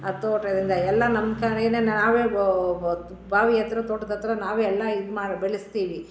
ಆ ತೋಟದಿಂದ ಎಲ್ಲ ನಮ್ಮ ಕಡೆ ನಾವೇ ಬಾವಿ ಹತ್ರ ತೋಟದಹತ್ರ ನಾವೇ ಎಲ್ಲ ಇದ್ಮಾಡಿ ಬೆಳಸ್ತೀವಿ